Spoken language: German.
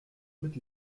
mit